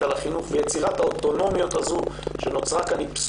על החינוך ויצירת האוטונומיה הזאת פסולה,